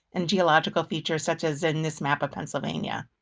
and geological features, such as in this map of pennsylvania.